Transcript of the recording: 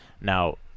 now